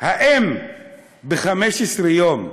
האם ב-15 יום,